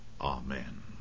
Amen